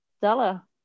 Stella